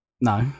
No